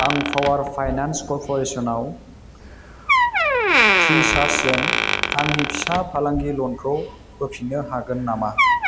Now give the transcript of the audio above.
आं पावार फाइनान्स कर्प'रेसनाव फ्रिचार्जजों आंनि फिसा फालांगि लनखौ होफिन्नो हागोन नामा